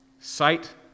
Sight